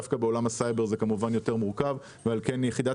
דווקא בעולם הסייבר זה כמובן יותר מורכב ועל כן יחידת